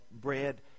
bread